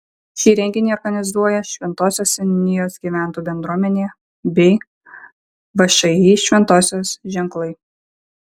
šį renginį organizuoja šventosios seniūnijos gyventojų bendruomenė bei všį šventosios ženklai